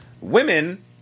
Women